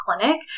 clinic